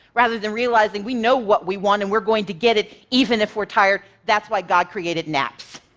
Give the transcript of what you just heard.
rather than realizing we know what we want and we're going to get it, even if we're tired. that's why god created naps.